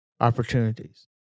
opportunities